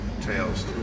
tales